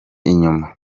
inyuma